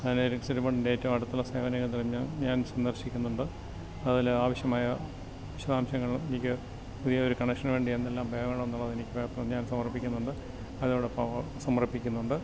അതിനെ ഏറ്റവും അടുത്തുള്ള സേവന കേന്ദ്രം ഞാൻ ഞാൻ സന്ദർശിക്കുന്നുണ്ട് അതിൽ ആവശ്യമായ വിശദശാംശങ്ങൾ എനിക്ക് പുതിയൊരു കണക്ഷനുവേണ്ടി എന്തെല്ലാം വേണം എന്നുള്ള എനിക്ക് പേപ്പർ ഞാൻ സമർപ്പിക്കുന്നുണ്ട് അതോടൊപ്പം സമർപ്പിക്കുന്നുണ്ട്